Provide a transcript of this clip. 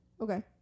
Okay